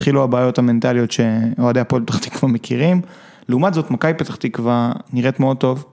התחילו הבעיות המנטליות שאוהדי הפועל פתח תקווה מכירים. לעומת זאת, מכבי פתח תקווה נראית מאוד טוב.